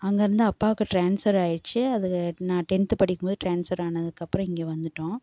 அங்கேருந்து அப்பாவுக்கு ட்ரான்ஸ்ஃபர் ஆகிருச்சு அது நான் டென்த்து படிக்கும் போது ட்ரான்ஸ்ஃபர் ஆனதுக்குப்பறம் இங்கே வந்துட்டோம்